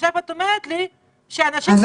עכשיו את אומרת לי שכשאנשים פחות חולים יש פחות נבדקים.